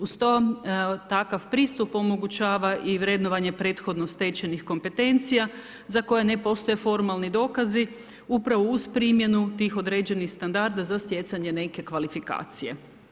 Uz to takav pristup omogućava i vrednovanje prethodno stečenih kompetencija za koje ne postoje formalni dokazi upravo uz primjenu tih određenih standarda za stjecanje neke kvalifikacije.